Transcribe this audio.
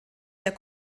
der